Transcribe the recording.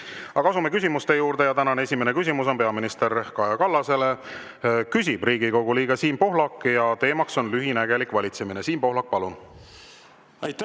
Asume küsimuste juurde. Tänane esimene küsimus on peaminister Kaja Kallasele, küsib Riigikogu liige Siim Pohlak ja teema on lühinägelik valitsemine. Siim Pohlak, palun! Asume